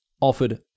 offered